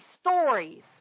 stories